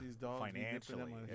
Financially